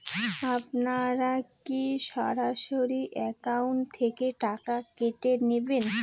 আপনারা কী সরাসরি একাউন্ট থেকে টাকা কেটে নেবেন?